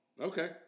Okay